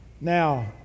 Now